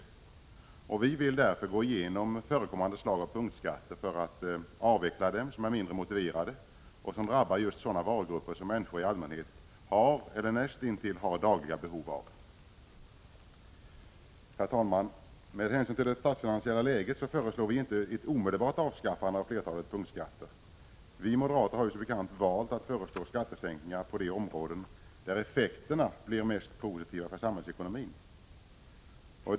Vi moderater vill därför att man skall gå igenom förekommande slag av punktskatter för att avveckla dem som är mindre motiverade och som drabbar just sådana varugrupper som människor i allmänhet har dagliga eller näst intill dagliga behov av. Herr talman! Med hänsyn till det statsfinansiella läget föreslår vi inte ett omedelbart avskaffande av flertalet punktskatter. Vi moderater har ju som bekant valt att föreslå skattesänkningar på de områden där effekterna blir mest positiva för samhällsekonomin.